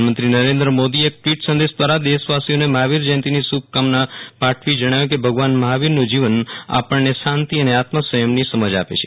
પ્રધાનમંત્રી નરેન્દ્ર મોદીએ એક ટ્વીટ સંદેશ ક્રારા દેશવાસીઓને મહાવીર જયંતીની શુ ભકામના પાઠવી જણાવ્યુ ભગવાન મહાવીરનું જીવન આપણને શાંતિ અને આમ સંયમની સમજ આપે છે